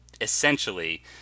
essentially